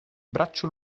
braccio